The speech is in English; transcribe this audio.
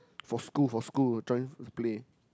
for school for school join play